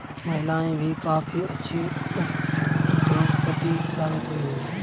महिलाएं भी काफी अच्छी उद्योगपति साबित हुई हैं